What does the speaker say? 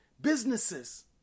businesses